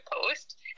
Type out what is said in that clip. post